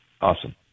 Awesome